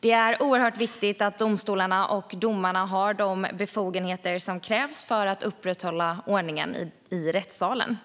Det är oerhört viktigt att domstolarna och domarna har de befogenheter som krävs för att upprätthålla ordningen i rättssalen.